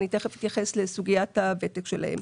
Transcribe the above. ואני תכף אתייחס לסוגיית הוותק שלהן.